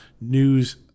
news